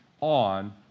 on